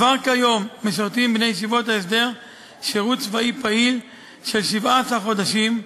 כבר כיום משרתים בני ישיבות ההסדר שירות צבאי פעיל של 17 חודשים,